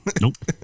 Nope